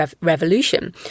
revolution